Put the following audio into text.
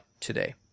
today